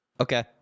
Okay